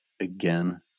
again